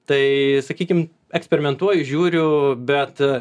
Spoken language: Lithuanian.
tai sakykim eksperimentuoju žiūriu bet